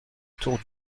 tour